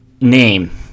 name